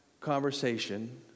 conversation